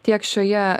tiek šioje